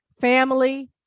Family